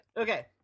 okay